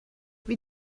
wie